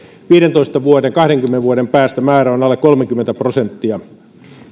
viidentoista viiva kahdenkymmenen vuoden päästä määrä on alle kolmekymmentä prosenttia